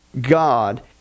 God